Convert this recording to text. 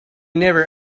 never